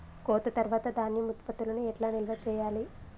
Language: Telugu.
కోత తర్వాత ధాన్యం ఉత్పత్తులను ఎట్లా నిల్వ చేయాలి?